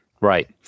Right